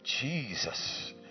jesus